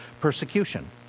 persecution